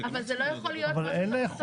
אבל זה לא יכול להיות משהו שהרשות